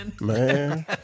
Man